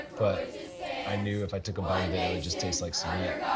but i knew if i took a bite of it, it would just taste like cement.